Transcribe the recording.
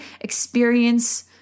experience